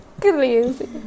crazy